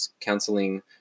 counseling